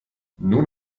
nun